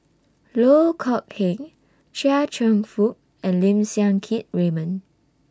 Loh Kok Heng Chia Cheong Fook and Lim Siang Keat Raymond